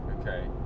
Okay